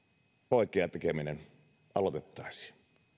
oikea tekeminen aloitettaisiin